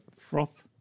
froth